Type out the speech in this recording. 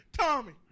Tommy